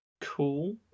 Cool